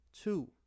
two